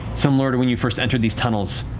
similar to when you first entered these tunnels,